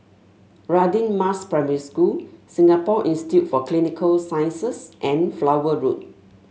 Radin Mas Primary School Singapore Institute for Clinical Sciences and Flower Road